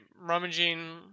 rummaging